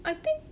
I think